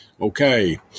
Okay